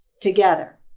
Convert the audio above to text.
together